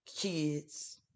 kids